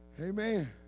Amen